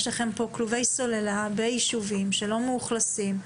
יש לכם כלובי סוללה ביישובים שאינם מאוכלסים.